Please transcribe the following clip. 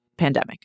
pandemic